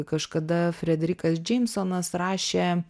kažkada frederikas džeinsonas rašė